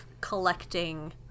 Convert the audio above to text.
collecting